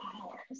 hours